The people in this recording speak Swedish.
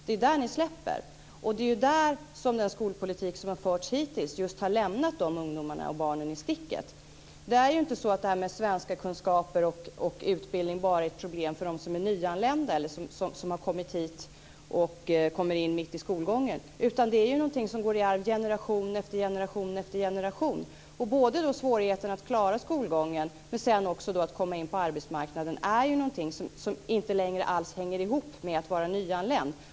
Det är ju där som den skolpolitik som hittills har förts har lämnat dessa ungdomar och barn i sticket. Problemet med bristande kunskaper i svenska och beträffande utbildning är inte bara problem för dem som är nyanlända eller för dem som har kommit hit mitt i skolgången, utan det är något som går i arv generation efter generation. Både svårigheten att klara skolgången och att sedan komma in på arbetsmarknaden är ju någonting som inte längre alls hänger ihop med att vara nyanländ.